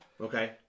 okay